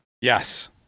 Yes